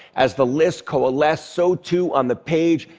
as the list coalesced, so, too, on the page,